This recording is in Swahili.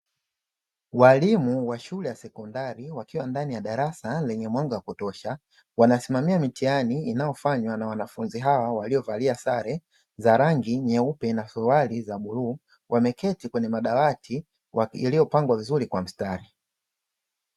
Walimu wa shule ya sekondari wakiwa ndani ya darasa lenye mwanga wa kutosha, wanasimamia mitihani inayofanywa na wanafunzi hao waliovalia sare za rangi nyeupe na suruali za bluu, wameketi kwenye madawati yaliyopangwa vizuri kwa mstari.